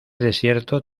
desierto